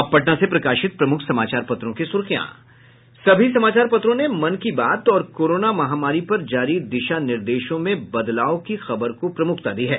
अब पटना से प्रकाशित प्रमुख समाचार पत्रों की सुर्खियां सभी समाचार पत्रों ने मन की बात और कोरोना महामारी पर जारी दिशा निर्देशों में बदलाव की खबर को प्रमुखता दी है